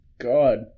God